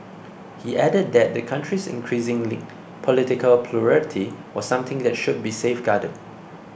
he added that the country's increasing political plurality was something that should be safeguarded